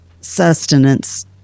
sustenance